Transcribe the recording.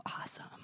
awesome